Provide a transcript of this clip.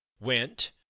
went